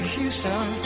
Houston